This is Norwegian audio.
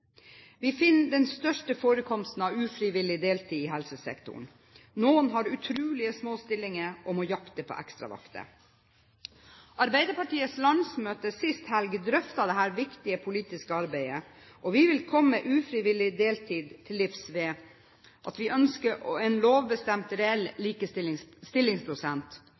Vi finner den største forekomsten av ufrivillig deltid i helsesektoren. Noen har utrolig små stillinger og må jakte på ekstravakter. Arbeiderpartiets landsmøte sist helg drøftet dette viktige politiske arbeidet, og vi vil komme ufrivillig deltid til livs ved at vi ønsker en lovbestemt reell stillingsprosent.